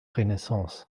renaissance